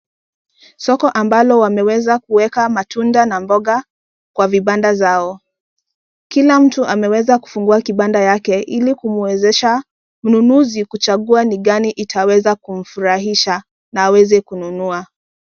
Soko ambalo wameweza kuweka matunda na mboga kwa vibanda zao. Kila mtu ameweza kufungua kibanda yake ili kumwezesha mnunuzi kuchagua ni gani itaweza kumfurahisha na aweze kununua.